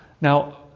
Now